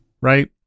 right